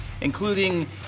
including